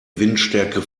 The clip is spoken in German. windstärke